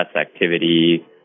activity